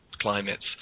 climates